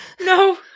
No